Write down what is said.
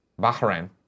Bahrain